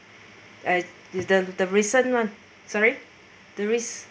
at the the the recent [one] sorry the